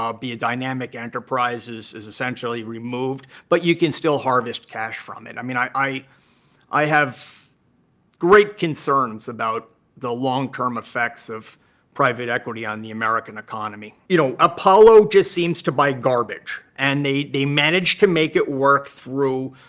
ah be a dynamic enterprise is is essentially removed, but you can still harvest cash from it. i mean, i i have great concerns about the long-term effects of private equity on the american economy. you know, apollo just seems to buy garbage. and they they manage to make it work through